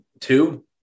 Two